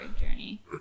journey